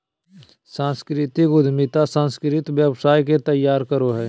सांस्कृतिक उद्यमिता सांस्कृतिक व्यवसाय के तैयार करो हय